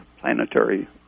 planetary